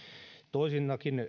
toisena